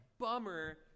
bummer